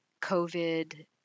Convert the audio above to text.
COVID